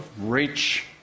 reach